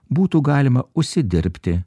būtų galima užsidirbti